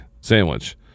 sandwich